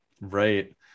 right